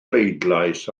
bleidlais